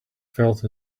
felt